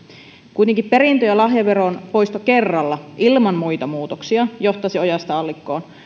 kuitenkin perintö ja lahjaveron poisto kerralla ilman muita muutoksia johtaisi ojasta allikkoon